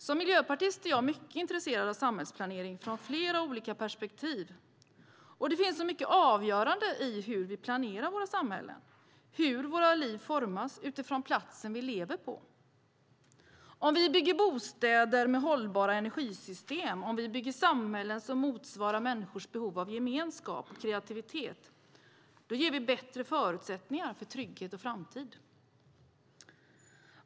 Som miljöpartist är jag mycket intresserad av samhällsplanering från flera olika perspektiv, och det finns många avgöranden i hur vi planerar våra samhällen och hur våra liv formas utifrån platsen vi lever på. Om vi bygger bostäder med hållbara energisystem, om vi bygger samhällen som motsvarar människors behov av gemenskap och kreativitet ger vi bättre förutsättningar för trygghet och framtid.